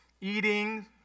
Eating